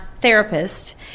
therapist